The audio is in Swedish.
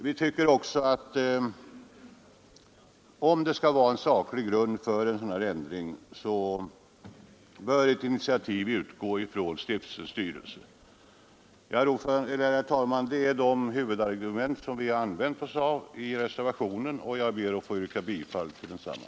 Vi tycker också att om det finns saklig grund för en ändring bör ett initiativ utgå från stiftelsens styrelse. Herr talman! Det är de huvudargument som vi använt oss av i reservationen, och jag ber att få yrka bifall till densamma.